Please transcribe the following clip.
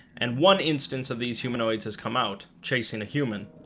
and one instance of these humanoids has come out chasing a human